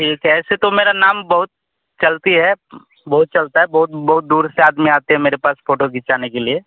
ठीक ऐसे तो मेरा नाम बहुत चलती है बहुत चलता है बहुत बहुत दूर से आदमी आते हैं मेरे पास फ़ोटो खिचाने के लिए